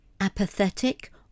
apathetic